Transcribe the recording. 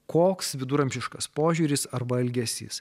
koks viduramžiškas požiūris arba elgesys